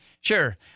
Sure